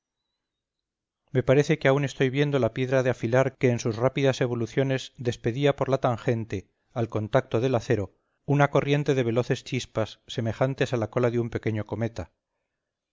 me parece que aún estoy viendo la piedra de afilar que en sus rápidas evoluciones despedía por la tangente al contacto del acero una corriente de veloces chispas semejantes a la cola de un pequeño cometa